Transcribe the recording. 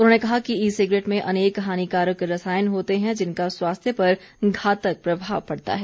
उन्होंने कहा कि ई सिगरेट में अनेक हानिकारक रसायन होते हैं जिनका स्वास्थ्य पर घातक प्रभाव पड़ता है